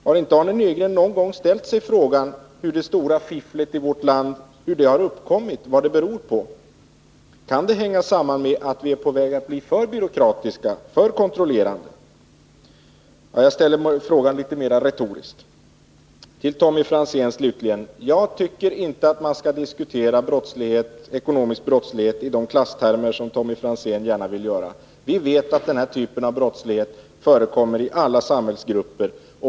Har inte Arne Nygren någon gång ställt sig frågan, hur det stora fifflet i vårt land har uppkommit och vad det beror på? Kan det hänga samman med att vi är på väg att bli för byråkratiska, för kontrollerande? Jag ställer frågan litet mera retoriskt. Till Tommy Franzén vill jag slutligen säga att jag inte tycker att man skall diskutera ekonomisk brottslighet i de klasstermer som Tommy Franzén gärna använder. Vi vet att den här typen av brottslighet förekommer i alla 37 samhällsgrupper.